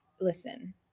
listen